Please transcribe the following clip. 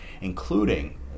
including